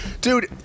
dude